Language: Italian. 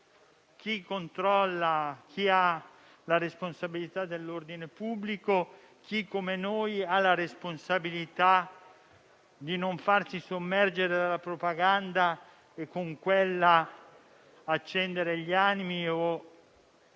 chi controlla, chi ha la responsabilità dell'ordine pubblico, chi, come noi, ha la responsabilità di non farsi sommergere dalla propaganda e con quella accendere gli animi o